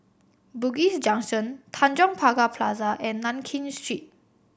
Bugis Junction Tanjong Pagar Plaza and Nankin Street